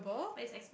but it's ex